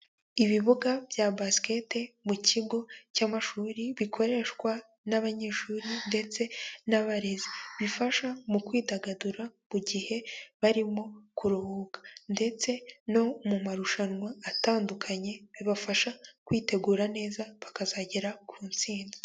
Ibibuga bya basiketi mu kigo cy'amashuri bikoreshwa n'abanyeshuri ndetse n'abarezi, bifasha mu kwidagadura ku gihe barimo kuruhuka ndetse no mu marushanwa atandukanye bibafasha kwitegura neza, bakazagera ku ntsinzi.